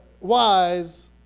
wise